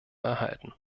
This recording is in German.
erhalten